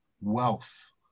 wealth